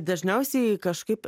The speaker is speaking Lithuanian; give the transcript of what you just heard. dažniausiai kažkaip